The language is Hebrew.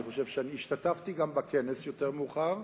אני חושב שגם השתתפתי בכנס יותר מאוחר,